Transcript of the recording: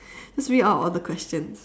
just read out all the questions